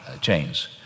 chains